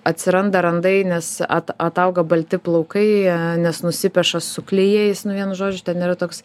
atsiranda randai nes at atauga balti plaukai nes nusipeša su klijais nu vienu žodžiu ten yra toks